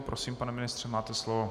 Prosím, pane ministře, máte slovo.